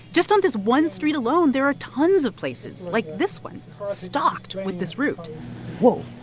just on this one street alone, there are tons of places like this one stocked with this root whoa.